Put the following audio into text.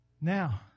Now